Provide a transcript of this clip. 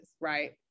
right